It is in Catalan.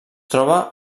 troba